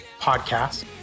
podcast